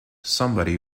somebody